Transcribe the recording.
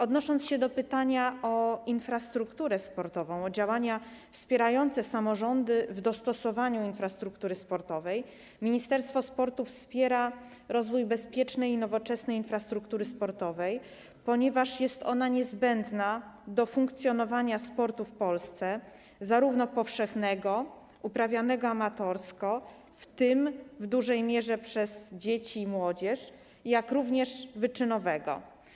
Odnosząc się do pytania o infrastrukturę sportową, o działania wspierające samorządy w dostosowaniu infrastruktury sportowej, powiem, że Ministerstwo Sportu wspiera rozwój bezpiecznej i nowoczesnej infrastruktury sportowej, ponieważ jest ona niezbędna do funkcjonowania sportu w Polsce, zarówno powszechnego, uprawianego amatorsko, w tym w dużej mierze przez dzieci i młodzież, jak i wyczynowego.